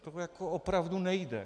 To jako opravdu nejde.